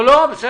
לא, בסדר.